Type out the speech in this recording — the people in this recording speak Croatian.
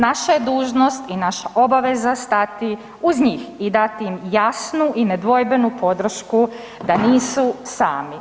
Naša je dužnost i naša obaveza stati uz njih i dati im jasnu i nedvojbenu podršku da nisu sami.